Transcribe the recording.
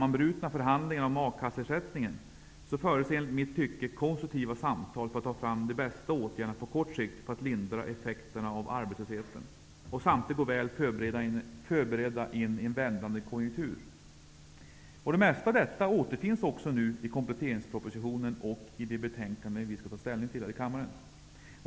förhandlingarna om a-kasseersättningen fördes enligt mitt tycke konstruktiva samtal för att ta fram de bästa åtgärderna på kort sikt för att lindra effekterna av arbetslösheten och samtidigt gå väl förberedd in i en vändande konjunktur. Det mesta av detta återfinns också i kompletteringspropositionen och i det betänkande som vi skall ta ställning till här i kammaren.